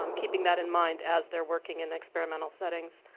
um keeping that in mind as they are working in experimental settings.